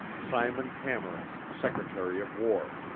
simon cameron, secretary of war.